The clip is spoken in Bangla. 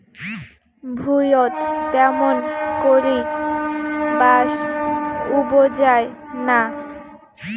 ভুঁইয়ত ত্যামুন করি বাঁশ উবজায় না